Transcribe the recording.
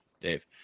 Dave